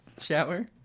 Shower